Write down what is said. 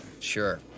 sure